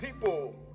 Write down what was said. people